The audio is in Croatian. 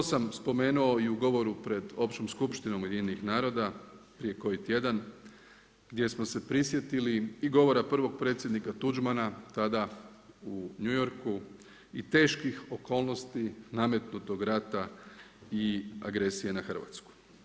To sam spomenuo i u govoru pred Općom skupštinom UN-a prije koji tjedan gdje smo se prisjetili i govora prvog predsjednika Tuđmana tada u New Yorku i teških okolnosti nametnutog rata i agresije na Hrvatsku.